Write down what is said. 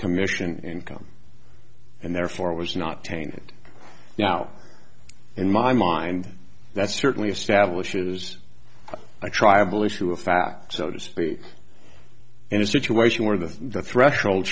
commission income and therefore it was not tainted now in my mind that certainly establishes a tribal issue of fact so to speak in a situation where the threshold